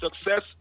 success